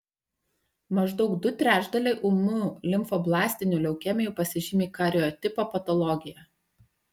maždaug du trečdaliai ūmių limfoblastinių leukemijų pasižymi kariotipo patologija